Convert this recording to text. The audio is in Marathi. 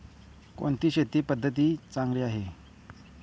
कोणती शेती पद्धती चांगली आहे?